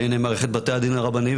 בעיניי מערכת בתי הדין הרבניים,